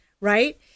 right